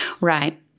Right